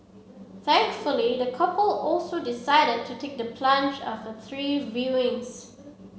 thankfully the couple also decided to take the plunge after three viewings